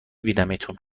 بینمتون